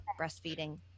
breastfeeding